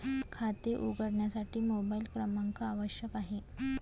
खाते उघडण्यासाठी मोबाइल क्रमांक आवश्यक आहे